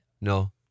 No